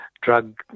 drug